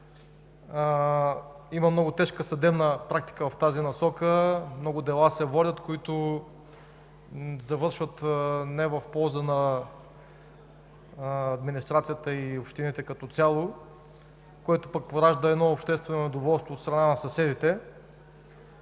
Има много тежка съдебна практика в тази насока – много дела се водят, които не завършват в полза на администрацията и общините като цяло, което пък поражда обществено недоволство от страна на съседите.